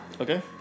Okay